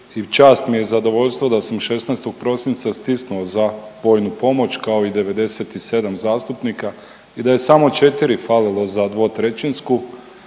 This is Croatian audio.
čast mi je i zadovoljstvo da sam 16. prosinca stisnuo za vojnu pomoć kao i 97 zastupnika i da je samo 4 falilo za dvotrećinsku